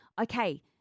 okay